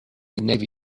navy